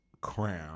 crown